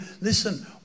Listen